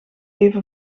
even